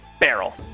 barrel